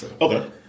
Okay